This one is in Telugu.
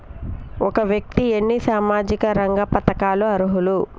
ఒక వ్యక్తి ఎన్ని సామాజిక రంగ పథకాలకు అర్హులు?